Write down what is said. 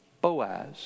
Boaz